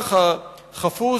למהלך החפוז